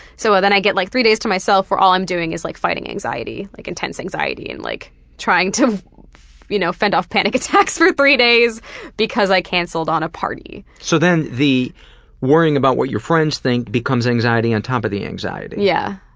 so then i get like three days to myself where all i'm doing is like fighting anxiety, like intense anxiety, and like trying to you know fend off panic attacks for three days because i canceled on a party. so then the worrying about what your friends think becomes anxiety on top of the anxiety. yeah.